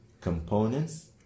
components